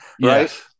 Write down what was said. Right